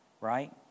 right